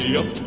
up